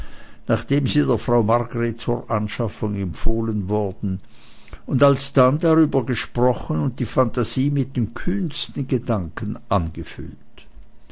nachdem sie der frau margret zur anschaffung empfohlen worden und alsdann darüber gesprochen und die phantasie mit den kühnsten gedanken angefüllt